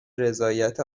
رضایت